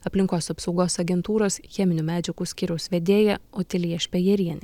aplinkos apsaugos agentūros cheminių medžiagų skyriaus vedėja otilija špejerienė